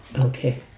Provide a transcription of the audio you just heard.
Okay